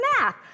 math